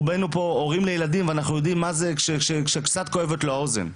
רובנו פה הורים לילדים ואנחנו יודעים מה זה כשקצת כואבת לו האוזן.